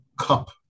cup